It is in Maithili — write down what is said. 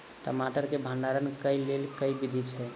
टमाटर केँ भण्डारण केँ लेल केँ विधि छैय?